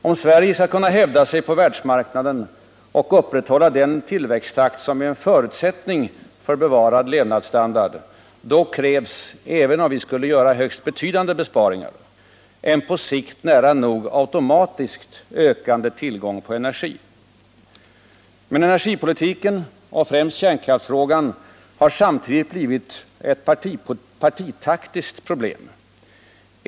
Om Sverige skall kunna hävda sig på världsmarknaden och upprätthålla den tillväxttakt som är en förutsättning för bevarad levnadsstandard, då krävs — även om vi skulle göra högst betydande besparingar — en på sikt nära nog automatiskt ökande tillgång på energi. Men energipolitiken och främst kärnkraftsfrågan har samtidigt blivit ett partipolitiskt problem.